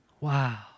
Wow